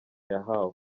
yahawe